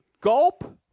Gulp